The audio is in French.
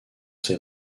ces